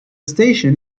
station